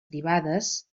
privades